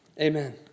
Amen